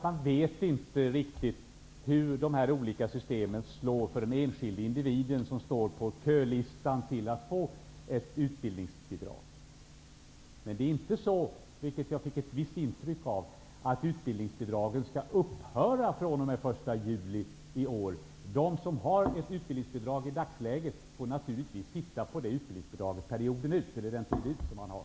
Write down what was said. Man vet inte riktigt hur de olika systemen slår för den enskilde individien som står på kölistan för att få ett utbildningsbidrag. Men det är inte så -- vilket jag fick ett visst intryck av här -- att utbildningsbidraget skall upphöra att finnas från den 1 juli i år. De som har utbildningsbidrag i dagsläget får naturligtvis ha det utbildningsbidraget hela den period som bidraget gäller.